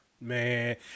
man